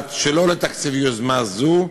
הוחלט שלא לתקצב יוזמה זאת,